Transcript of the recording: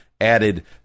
added